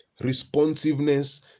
Responsiveness